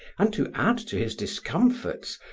and to add to his discomforts,